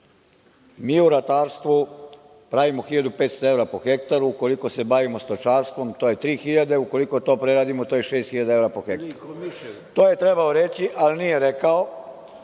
Mi u ratarstvu pravimo 1.500 evra po hektaru. Ukoliko se bavimo stočarstvom, to je 3000, a ukoliko to preradimo to je šest hiljada po hektaru. To je trebalo reći, ali nije rekao,